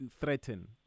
threaten